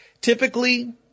Typically